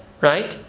right